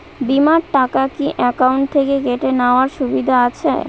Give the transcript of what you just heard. বিমার টাকা কি অ্যাকাউন্ট থেকে কেটে নেওয়ার সুবিধা আছে?